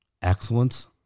Excellence